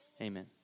Amen